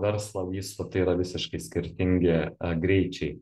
verslą vystot tai yra visiškai skirtingi greičiai